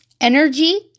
energy